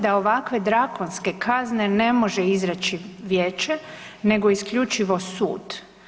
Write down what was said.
Da ovakve drakonske kazne ne može izreći vijeće nego isključivo sud.